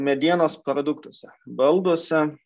medienos produktuose balduose